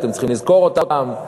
אתם צריכים לזכור אותם,